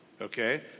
Okay